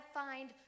find